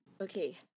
Okay